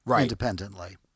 independently